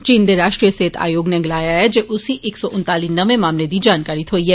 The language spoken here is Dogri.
चीन दे राष्ट्रीय सेहत आयोग नै गलाया ऐ जे उस्सी इक सौ उनताली नमें मामलें दी जानकारी थ्होई ऐ